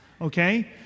okay